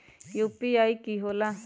UPI कि होला?